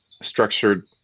structured